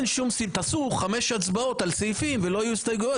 תעשו חמש הצבעות על סעיפים ולא יהיו הסתייגויות,